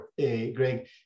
Greg